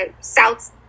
South